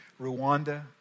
Rwanda